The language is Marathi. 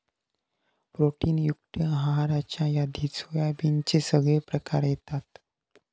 प्रोटीन युक्त आहाराच्या यादीत सोयाबीनचे सगळे प्रकार येतत